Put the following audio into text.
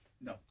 No